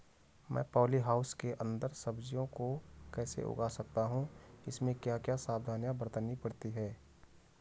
मैं poly house के अन्दर सब्जियों को कैसे उगा सकता हूँ इसमें क्या क्या सावधानियाँ बरतनी पड़ती है?